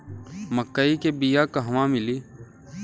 मक्कई के बिया क़हवा मिली?